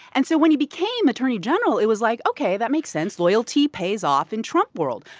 and so when he became attorney general, it was like, ok, that makes sense. loyalty pays off in trump world.